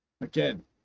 Again